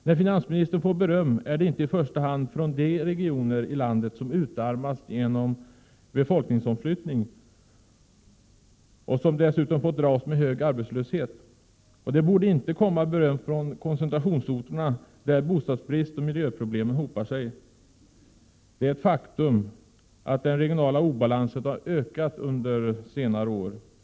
När finansministern får beröm kommer det inte i första hand från de regioner i landet som har utarmats genom befolkningsomflyttning och som dessutom får dras med hög arbetslöshet. Det borde inte komma beröm från koncentrationsorterna, där bostadsbrist råder och miljöproblemen hopar sig. Det är ett faktum att den regionala obalansen har ökat under senare år.